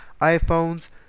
iPhones